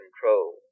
control